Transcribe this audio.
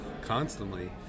constantly